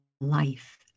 life